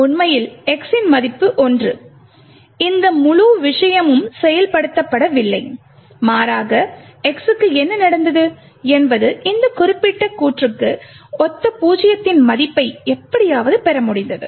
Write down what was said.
உண்மையில் x 1 இன் இந்த முழு விஷயமும் செயல்படுத்தப்படவில்லை மாறாக x க்கு என்ன நடந்தது என்பது இந்த குறிப்பிட்ட கூற்றுக்கு ஒத்த பூஜ்ஜியத்தின் மதிப்பை எப்படியாவது பெற முடிந்தது